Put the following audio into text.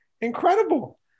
Incredible